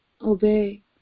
obey